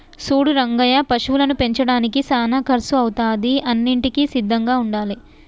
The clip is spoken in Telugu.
సూడు రంగయ్య పశువులను పెంచడానికి సానా కర్సు అవుతాది అన్నింటికీ సిద్ధంగా ఉండాలే